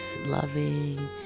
loving